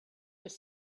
was